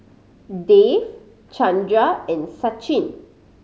Dev Chandra and Sachin